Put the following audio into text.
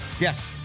Yes